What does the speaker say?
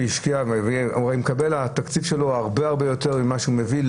וזה מקום שהשקיע והוא אמור לקבל בתקציב שלו הרבה יותר ממה שהוא מביא,